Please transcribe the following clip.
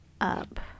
up